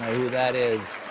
who that is.